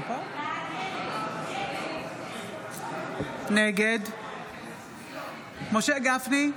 נגד משה גפני,